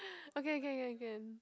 okay okay can can